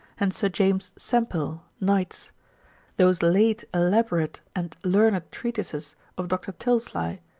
and sir james sempill, knights those late elaborate and learned treatises of dr. tilslye,